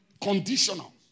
Conditional